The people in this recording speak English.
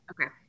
Okay